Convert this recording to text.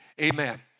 Amen